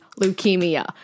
leukemia